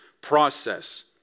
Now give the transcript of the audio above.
process